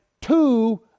two